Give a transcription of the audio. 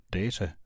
data